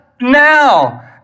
now